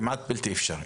כמעט בלתי אפשרי.